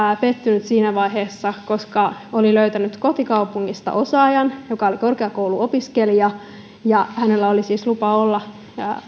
pettynyt siinä vaiheessa koska oli löytänyt kotikaupungista osaajan joka oli korkeakouluopiskelija ja jolla oli siis lupa olla